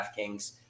DraftKings